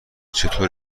چطور